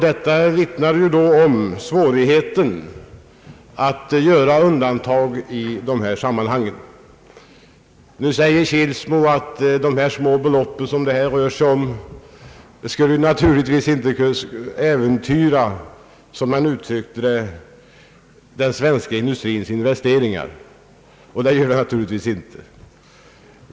Detta vittnar om svårigheten att göra undantag från skyldigheten att erlägga arbetsgivaravgift. Herr Kilsmo säger att de små belopp som det rör sig om — som han uttryckte det — naturligtvis inte kan äventyra den svenska industrins investeringar, och det gör de givetvis inte.